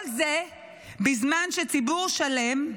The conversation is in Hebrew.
כל זה בזמן שציבור שלם,